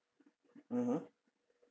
mmhmm